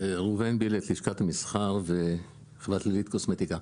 אני מלשכת המסחר וחברת לילית קוסמטיקה.